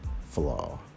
flaw